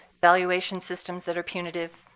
valuation systems that are punitive,